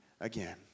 again